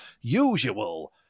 usual